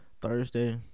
Thursday